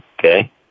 Okay